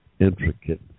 intricate